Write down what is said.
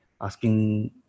asking